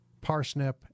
Parsnip